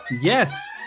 yes